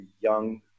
young